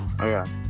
Okay